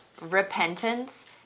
repentance